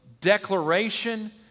declaration